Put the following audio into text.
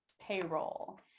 payroll